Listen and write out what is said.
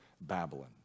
Babylon